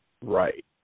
Right